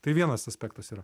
tai vienas aspektas yra